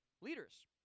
leaders